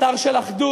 אתר של אחדות,